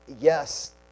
Yes